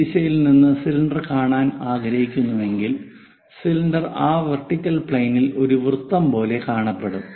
ഈ ദിശയിൽ നിന്ന് സിലിണ്ടർ കാണാൻ ആഗ്രഹിക്കുന്നുവെങ്കിൽ സിലിണ്ടർ ആ വെർട്ടിക്കൽ പ്ലെയിനിൽ ഒരു വൃത്തം പോലെ കാണപ്പെടും